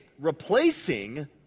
replacing